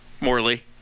Morley